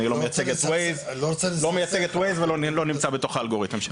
אני לא מייצג את Waze ולא נמצא בתוך האלגוריתם שלהם.